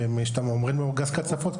זה נקרא גז קצפות,